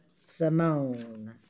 Simone